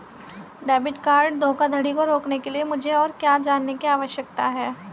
Debit card धोखाधड़ी को रोकने के लिए मुझे और क्या जानने की आवश्यकता है?